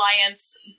alliance